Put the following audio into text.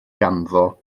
ganddo